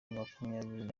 makumyabiri